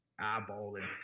eyeballing